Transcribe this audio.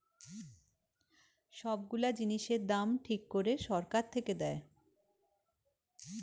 সব গুলা জিনিসের দাম ঠিক করে সরকার থেকে দেয়